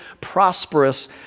prosperous